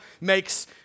makes